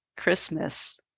Christmas